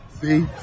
See